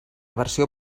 versió